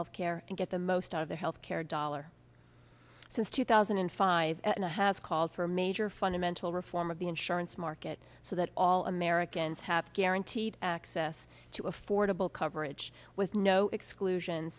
health care and get the most out of the health care dollar since two thousand and five and a half calls for major fundamental reform of the insurance market so that all americans have guaranteed access to affordable coverage with no exclusion